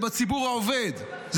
הוא בציבור העובד,